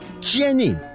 Jenny